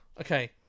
Okay